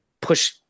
push